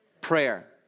prayer